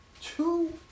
two